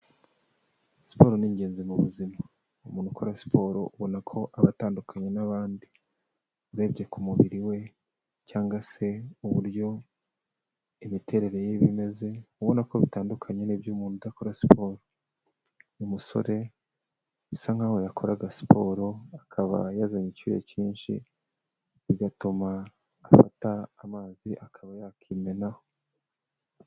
Siporo ni ingenzi mu buzima. Umuntu ukora siporo ubona ko aba atandukanye n'abandi. Urebye ku mubiri we cyangwa se uburyo imiterere ye iba imeze, uba ubona ko bitandukanye n'iby'umuntu udakora siporo. Umusore bisa nkaho yakoraga siporo, akaba yazanye icyuya cyinshi, bigatuma afata amazi akaba yakimenaho.